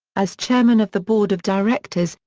as chairman of the board of directors,